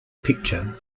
picture